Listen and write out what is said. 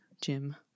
Jim